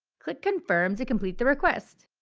click confirm to complete the request.